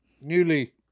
newly